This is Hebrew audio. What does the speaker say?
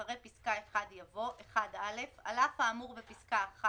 אחרי פסקה (1) יבוא: "(1א)על אף האמור בפסקה (1),